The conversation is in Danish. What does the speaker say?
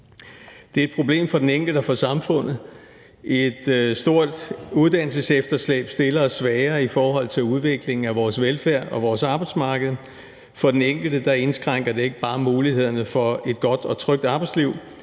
Det er et problem for den enkelte og for samfundet. Et stort uddannelsesefterslæb stiller os svagere i forhold til udviklingen af vores velfærd og vores arbejdsmarked. For den enkelte indskrænker det ikke bare mulighederne for et godt og trygt arbejdsliv,